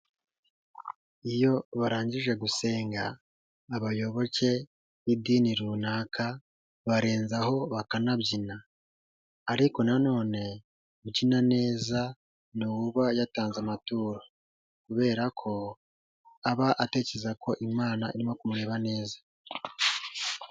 Iyo barangije gusenga abayoboke b'idini runaka barenzaho bakanabyina. Ariko nanone ubyina neza ni uba yatanze amaturo kubera ko aba atekereza ko Imana irimo kumureba neza.